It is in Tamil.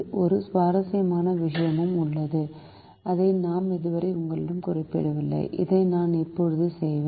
ஒரு சுவாரஸ்யமான விஷயமும் உள்ளது அதை நான் இதுவரை உங்களிடம் குறிப்பிடவில்லை அதை நான் இப்போது செய்வேன்